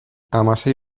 hamasei